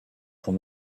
from